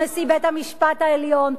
נשיא בית-המשפט העליון,